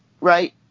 right